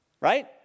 Right